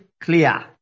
clear